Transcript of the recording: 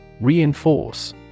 Reinforce